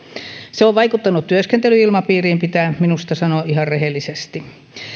se on vaikuttanut työskentelyilmapiiriin se pitää minusta sanoa ihan rehellisesti